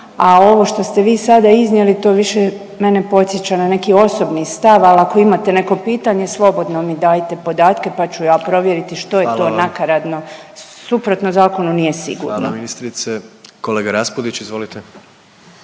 a ovo što ste vi sada iznijeli to više mene podsjeća na neki osobni stav. Ali ako imate neko pitanje slobodno mi dajte podatke pa ću ja provjeriti što je to nakaradno. Suprotno zakonu nije sigurno. **Jandroković, Gordan (HDZ)** Hvala ministrice. Kolega Raspudić, izvolite.